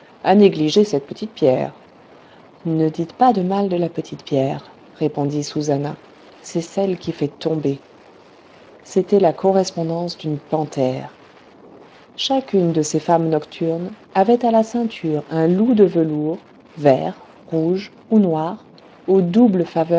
a négligé cette petite pierre ne dites pas de mal de la petite pierre répondit susannah c'est celle qui fait tomber c'était la correspondance d'une panthère chacune de ces femmes nocturnes avait à la ceinture un loup de velours vert rouge ou noir aux doubles